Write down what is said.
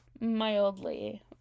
mildly